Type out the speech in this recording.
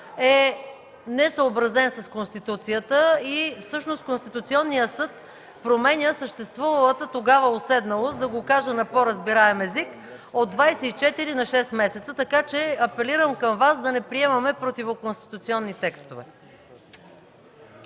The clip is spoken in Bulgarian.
е несъобразен с Конституцията и всъщност Конституционният съд променя съществувалата тогава уседналост, да го кажа напо-разбираем език, от „24 на 6 месеца”, така че апелирам към Вас да не приемаме противоконституционни текстове.